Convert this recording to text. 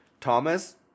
Thomas